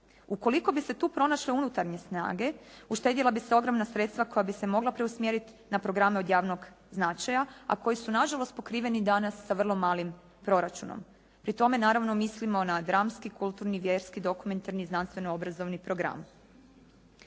Ukoliko bi se tu pronašle unutarnje snage, uštedjela bi se ogromna sredstva koja bi se mogla preusmjeriti na programe od javnog značaja, a koji su nažalost pokriveni danas sa vrlo malim proračunom. Pri tome naravno mislimo na dramski, kulturni, vjerski, dokumentarni i znanstveno-obrazovni program.